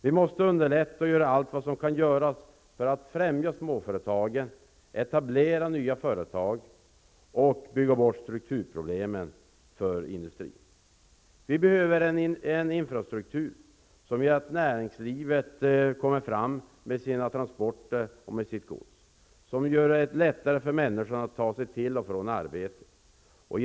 Vi måste underlätta för människor och göra allt som kan göras för att främja småföretagen, etablera nya företag och bygga bort strukturproblemen för industrin. Det behövs en infrastruktur som gör att näringslivet kommer fram med sina transporter och sitt gods. Det måste bli lättare för människor att ta sig till och från sina arbeten.